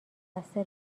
مقصر